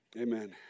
Amen